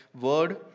word